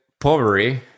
Poverty